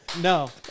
No